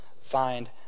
find